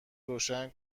روشن